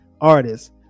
artists